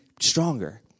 stronger